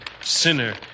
sinner